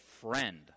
friend